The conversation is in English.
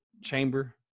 Chamber